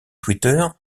twitter